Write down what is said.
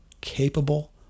capable